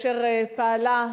אשר פעלה,